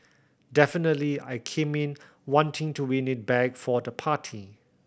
definitely I came in wanting to win it back for the party